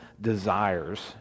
desires